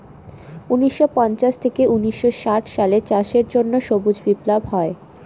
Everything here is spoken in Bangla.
উনিশশো পঞ্চাশ থেকে উনিশশো ষাট সালে চাষের জন্য সবুজ বিপ্লব হয়